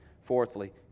Fourthly